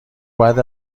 بعد